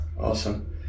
Awesome